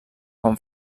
quan